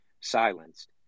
silenced